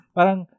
parang